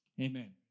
amen